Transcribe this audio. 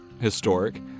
historic